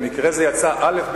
במקרה זה יצא אל"ף,